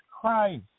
Christ